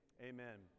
Amen